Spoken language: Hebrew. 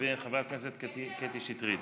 וחברת הכנסת קטי שטרית.